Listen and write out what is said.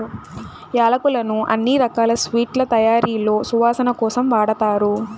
యాలక్కులను అన్ని రకాల స్వీట్ల తయారీలో సువాసన కోసం వాడతారు